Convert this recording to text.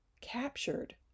captured